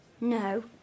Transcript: No